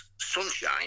sunshine